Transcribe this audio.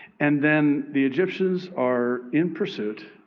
and then the egyptians are in pursuit,